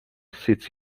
sits